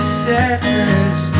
sadness